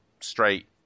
straight